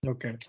Okay